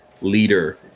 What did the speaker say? leader